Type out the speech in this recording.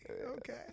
Okay